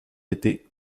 été